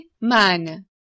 man